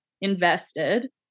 invested